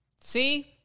see